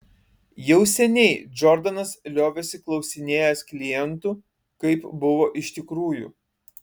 jau seniai džordanas liovėsi klausinėjęs klientų kaip buvo iš tikrųjų